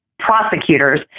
prosecutors